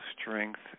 strength